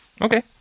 okay